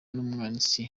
n’umwanditsi